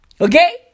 Okay